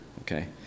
okay